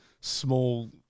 small